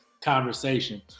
conversation